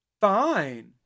Fine